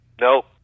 No